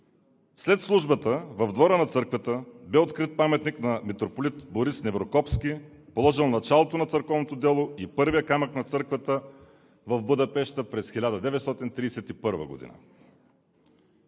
След службата в двора на църквата бе открит паметник на митрополит Борис Неврокопски, положил началото на църковното дело и на първия камък на църквата в Будапеща през 1931 г.